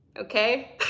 okay